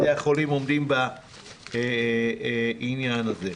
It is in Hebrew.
בתי החולים עומדים בעניין הזה?